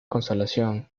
consolación